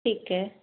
ਠੀਕ ਹੈ